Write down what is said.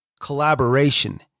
collaboration